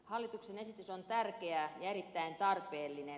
hallituksen esitys on tärkeä ja erittäin tarpeellinen